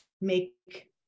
make